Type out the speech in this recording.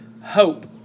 hope